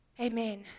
Amen